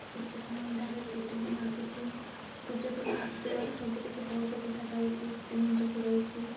ସୂର୍ଯ୍ୟକିରଣ ଡାଇରେକ୍ଟ ସେଇଠି ହିଁ ଆସୁଛି ସୂର୍ଯ୍ୟକିରଣ ଆସୁଥିବାରୁ ସବୁ କିଛି ଭଲସେ ଦେଖାଯାଉଛି କ୍ଲିନ୍ ଯୋଗୁଁ ରହୁଛି